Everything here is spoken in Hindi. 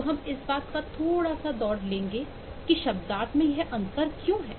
तो हम इस बात का थोड़ा सा दौर लेंगे कि शब्दार्थ में यह अंतर क्यों है